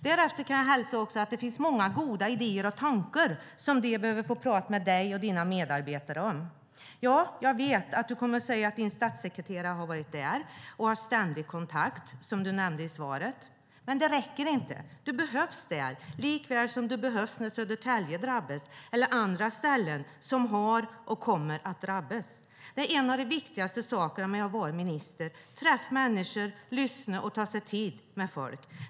Därefter kan jag också framföra hälsningen att det finns många goda idéer och tankar som de behöver få prata med dig och dina medarbetare om. Jag vet att du kommer att säga att din statssekreterare har varit där och att du har ständig kontakt, som du nämnde i svaret. Men det räcker inte. Du behövs där likväl som du behövs när Södertälje drabbas eller där andra ställen har drabbats eller kommer att drabbas. En av de viktigaste sakerna med att vara minister är att träffa människor, lyssna och ta sig tid med folk.